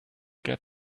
get